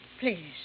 Please